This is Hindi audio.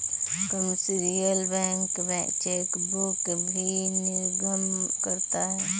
कमर्शियल बैंक चेकबुक भी निर्गम करता है